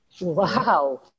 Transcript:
Wow